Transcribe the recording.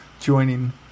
joining